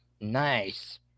Nice